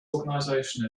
organization